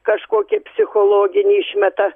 kažkokį psichologinį išmeta